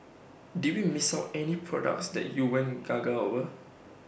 did we miss out any products that you went gaga over